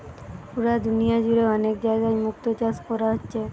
পুরা দুনিয়া জুড়ে অনেক জাগায় মুক্তো চাষ কোরা হচ্ছে